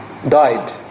died